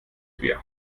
wir